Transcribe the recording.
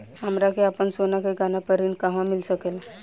हमरा के आपन सोना के गहना पर ऋण कहवा मिल सकेला?